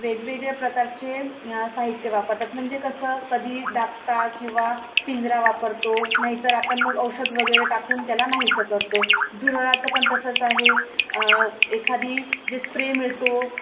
वेगवेगळ्या प्रकारचे साहित्य वापरतात म्हणजे कसं कधी दाबका किंवा पिंजरा वापरतो नाहीतर आपण मग औषध वगैरे टाकून त्याला नाहीसं करतो झुरळाचं पण तसंच आहे एखादी जे स्प्रे मिळतो